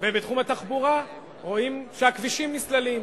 ובתחום התחבורה, רואים שהכבישים נסללים,